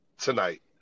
tonight